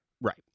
Right